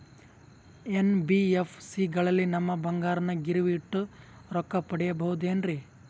NBFC ಗಳಲ್ಲಿ ನಮ್ಮ ಬಂಗಾರನ ಗಿರಿವಿ ಇಟ್ಟು ರೊಕ್ಕ ಪಡೆಯಬಹುದೇನ್ರಿ?